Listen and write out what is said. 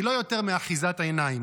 היא לא יותר מאחיזת עיניים.